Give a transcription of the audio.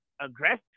aggressive